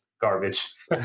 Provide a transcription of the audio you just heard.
garbage